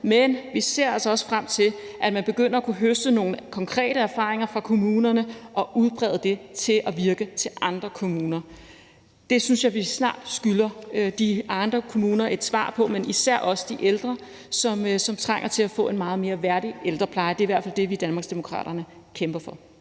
men vi ser altså også frem til, at man begynder at kunne høste nogle konkrete erfaringer fra kommunerne og udbrede dem til andre kommuner. Det synes jeg snart vi skylder de andre kommuner og især de ældre, som trænger til at få en meget mere værdig ældrepleje. Det er i hvert fald det, vi i Danmarksdemokraterne kæmper for.